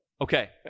Okay